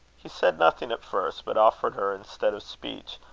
he said nothing at first, but offered her, instead of speech,